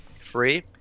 free